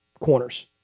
corners